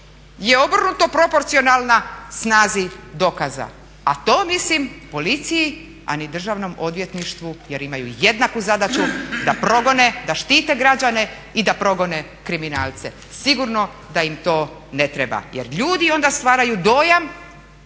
je obrnuto proporcionalna snazi dokaza. A to mislim policiji a ni Državnom odvjetništvu jer imaju jednaku zadaću, da progone, da štite građane i da progone kriminalce. Sigurno da im to ne treba. Jer ljudi onda stvaraju dojam,